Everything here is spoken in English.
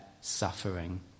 suffering